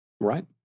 Right